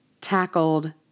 tackled